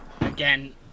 again